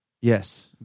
yes